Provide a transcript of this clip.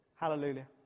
Hallelujah